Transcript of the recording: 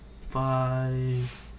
five